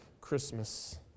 Christmas